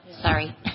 Sorry